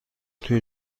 توی